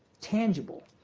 tangible,